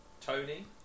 Tony